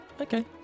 Okay